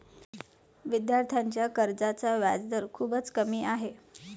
विद्यार्थ्यांच्या कर्जाचा व्याजदर खूपच कमी आहे